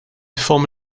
forme